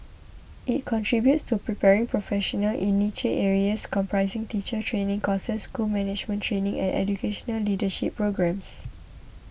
it contributes to preparing professionals in niche areas comprising teacher training courses school management training and educational leadership programmes